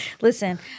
Listen